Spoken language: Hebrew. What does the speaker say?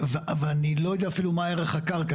אבל אני לא יודע אפילו מה ערך הקרקע.